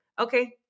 Okay